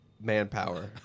manpower